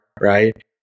right